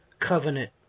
covenant